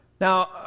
Now